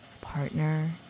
partner